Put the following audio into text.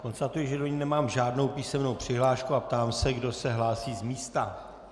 Konstatuji, že do ní nemám žádnou písemnou přihlášku, a ptám se, kdo se hlásí z místa.